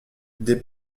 des